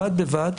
בד בבד,